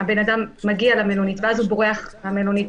הבן אדם מגיע למלונית ואז הוא בורח מהמלונית,